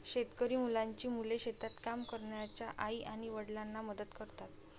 शेतकरी मुलांची मुले शेतात काम करणाऱ्या आई आणि वडिलांना मदत करतात